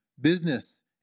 business